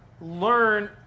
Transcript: learn